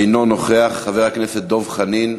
אינו נוכח, חבר הכנסת דב חנין,